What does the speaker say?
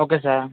okay sir